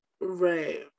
Right